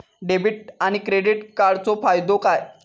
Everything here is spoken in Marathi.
डेबिट आणि क्रेडिट कार्डचो फायदो काय?